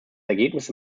ergebnis